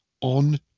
on